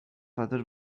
other